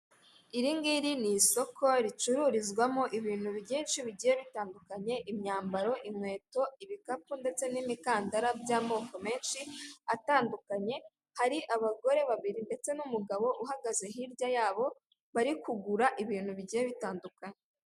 Iri ngiri ni isoko ricururizwamo ibintu byinshi bigiye bitandukanye, imyambaro, inkweto, ibikapu ndetse n'imikandara by'amoko menshi atandukanye, hari abagore babiri ndetse n'umugabo uhagaze hirya yabo, bari kugura ibintu bigiye bitandukanye.